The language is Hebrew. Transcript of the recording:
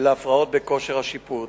ולהפרעות בכושר השיפוט.